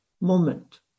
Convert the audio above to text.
moment